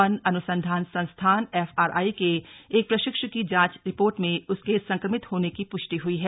one अनुसंधान संस्थान FRI के एक प्रशिक्षु की जांच रिपोर्ट में उसके संक्रमित होने की पुष्टि हुई है